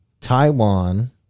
Taiwan